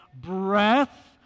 breath